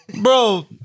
Bro